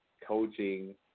coaching